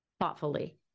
thoughtfully